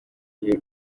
gihe